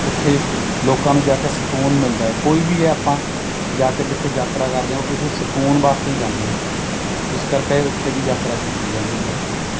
ਉੱਥੇ ਲੋਕਾਂ ਨੂੰ ਜਾ ਕੇ ਸਕੂਨ ਮਿਲਦਾ ਏ ਕੋਈ ਵੀ ਹੈ ਆਪਾਂ ਜਾ ਕੇ ਜਿੱਥੇ ਯਾਤਰਾ ਕਰਦੇ ਹਾਂ ਉਹ ਕਿਸੇ ਸਕੂਨ ਵਾਸਤੇ ਹੀ ਜਾਂਦੇ ਹਾਂ ਇਸ ਕਰਕੇ ਉੱਥੇ ਦੀ ਯਾਤਰਾ ਕੀਤੀ ਜਾਂਦੀ ਹੈ